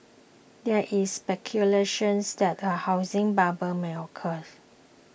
there is speculations that a housing bubble may occurs